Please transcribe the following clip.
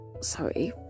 sorry